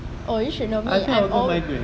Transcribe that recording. oo you should know me I'm all